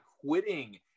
quitting